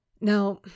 Now